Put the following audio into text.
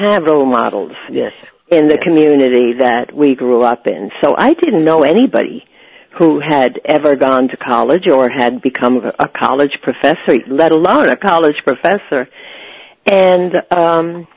have role models in the community that we grew up in so i didn't know anybody who had ever gone to college or had become a college professor let alone a college professor and